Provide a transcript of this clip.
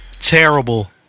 Terrible